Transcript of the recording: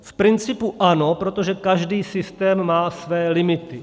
V principu ano, protože každý systém má své limity.